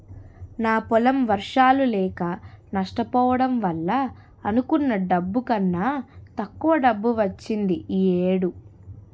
నా పొలం వర్షాలు లేక నష్టపోవడం వల్ల అనుకున్న డబ్బు కన్నా తక్కువ డబ్బు వచ్చింది ఈ ఏడు